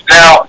Now